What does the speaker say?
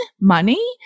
money